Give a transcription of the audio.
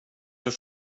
för